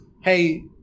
hey